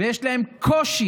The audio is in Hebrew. ויש להם קושי,